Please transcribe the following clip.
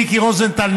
מיקי רוזנטל,